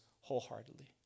wholeheartedly